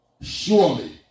Surely